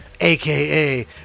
aka